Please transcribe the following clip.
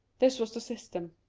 this was the system.